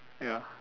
ya